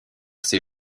ses